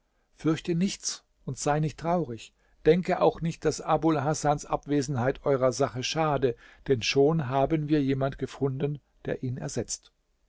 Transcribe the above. fürchte nichts und sei nicht traurig denke auch nicht daß abul hasans abwesenheit eurer sache schade denn schon haben wir jemand gefunden der ihn ersetzt